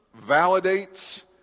validates